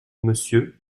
monsieur